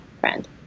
friend